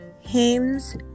hymns